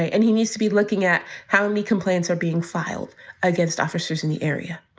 and he needs to be looking at how many complaints are being filed against officers in the area.